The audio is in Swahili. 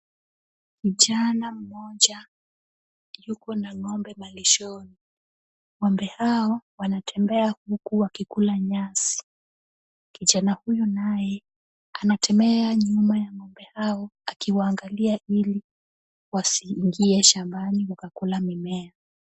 Kijana mmoja yuko na ng'ombe malishoni. Ng'ombe hao wanatembea huku wakikula nyasi. Kijana huyu naye anatembea nyuma ya ng'ombe hao, akiwaangalia ili wasiingie shambani wakakula mimea.